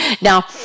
Now